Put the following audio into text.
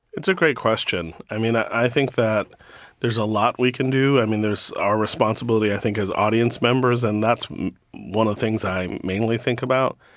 it's a great question. i mean, i think that there's a lot we can do. i mean, there's our responsibility i think as audience members, and that's one of the things i mainly think about.